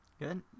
good